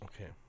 Okay